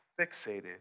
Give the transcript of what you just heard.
fixated